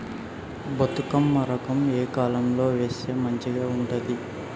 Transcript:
బతుకమ్మ రకం ఏ కాలం లో వేస్తే మంచిగా ఉంటది?